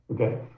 okay